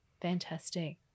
fantastic